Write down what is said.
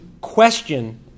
question